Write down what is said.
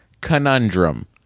Conundrum